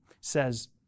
says